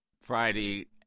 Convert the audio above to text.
Friday